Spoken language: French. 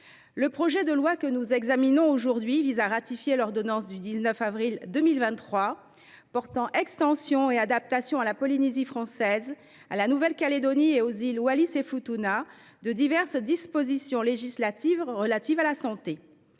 dans cet hémicycle pour examiner le projet de loi ratifiant l’ordonnance du 19 avril 2023 portant extension et adaptation à la Polynésie française, à la Nouvelle Calédonie et aux îles Wallis et Futuna de diverses dispositions législatives relatives à la santé.